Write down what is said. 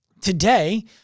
Today